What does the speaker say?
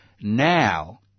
now